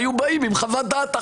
היו באים עם חוות-דעת אחרת.